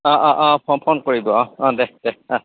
অঁ অঁ অঁ ফোন কৰিবি অঁ অঁ দে দে অঁ